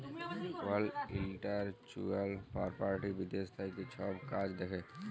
world intellectual property বিদ্যাশ থ্যাকে ছব কাজ দ্যাখে